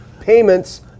payments